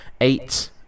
eight